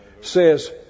says